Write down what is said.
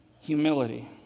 humility